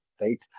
right